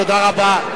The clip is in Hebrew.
תודה רבה.